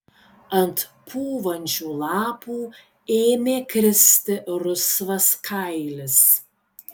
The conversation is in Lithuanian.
ant pūvančių lapų ėmė kristi rusvas kailis